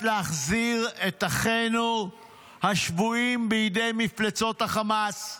להחזיר את אחינו השבויים בידי מפלצות החמאס.